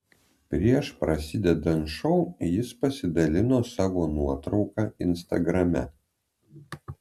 prieš prasidedant šou jis pasidalino savo nuotrauka instagrame